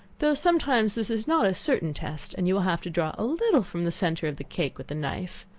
though sometimes this is not a certain test, and you will have to draw a little from the centre of the cake with the knife.